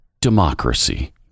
democracy